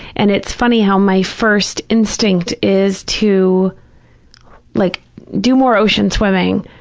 and it's funny how my first instinct is to like do more ocean swimming,